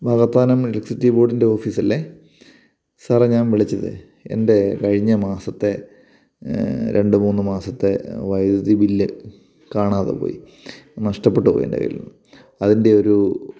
Vakathanam electricity ബോഡിൻ്റെ ഓഫീസല്ല സാറേ ഞാൻ വിളിച്ചതെ എൻ്റെ കഴിഞ്ഞ മാസത്തെ രണ്ട് മൂന്ന് മാസത്തെ വൈദ്യുതി ബില്ല് കാണാതെ പോയി അത് നഷ്ടപ്പെട്ട് പോയി എൻ്റെ കയ്യിൽ നിന്ന് അതിൻ്റെ ഒരു